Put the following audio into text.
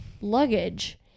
luggage